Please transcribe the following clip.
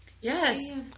yes